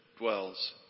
dwells